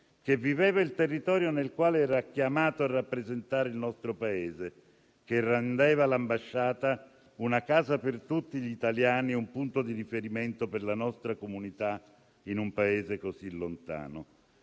che viveva il territorio nel quale era chiamato a rappresentare il nostro Paese, che rendeva l'ambasciata una casa per tutti gli italiani, un punto di riferimento per la nostra comunità in un Paese così lontano.